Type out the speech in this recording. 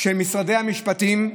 של משרדי המשפטים,